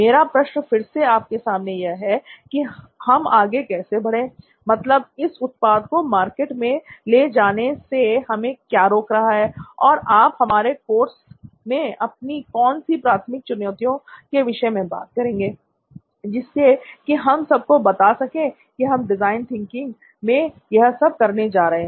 मेरा प्रश्न फिर से आपसे यह है की हम आगे कैसे बढ़े मतलब इस उत्पाद को मार्केट में ले जाने से हमें क्या रोक रहा है और आप हमारे कोर्स में अपनी कौन सी प्राथमिक चुनौतियों के विषय में बात करेंगे जिससे कि हम सबको बता सके कि हम डिजाइन थिंकिंग में यह सब करने जा रहे हैं